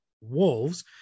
Wolves